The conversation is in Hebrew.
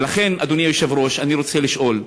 ולכן, אדוני היושב-ראש, אני רוצה לשאול: